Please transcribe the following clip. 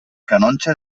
canonge